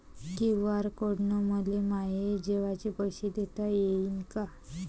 QR code न मले माये जेवाचे पैसे देता येईन का?